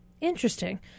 Interesting